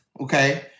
okay